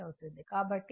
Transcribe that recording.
కాబట్టి 2sinωt cos ω t